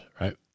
right